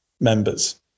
members